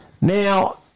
Now